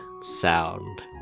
sound